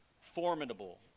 formidable